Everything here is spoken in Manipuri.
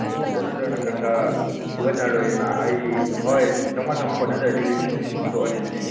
ꯑꯗꯨ ꯀꯣꯟꯅꯗ꯭ꯔꯒꯅ ꯈꯔ ꯈꯔ ꯐꯨꯒꯠꯅ ꯂꯣꯏꯔꯦꯅ ꯑꯩ ꯍꯣꯏ ꯆꯥꯝꯉꯥ ꯆꯥꯝꯉꯥ ꯀꯣꯟꯅꯗ꯭ꯔꯗꯤ ꯂꯤꯁꯤꯡ ꯂꯤꯁꯤꯡ ꯄꯨꯊꯣꯛꯂꯁꯦ ꯑꯗꯨꯗꯤ